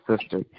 sister